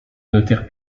notaires